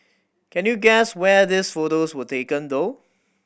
can you guess where these photos were taken though